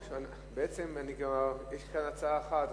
בעצם יש כאן הצעה אחת.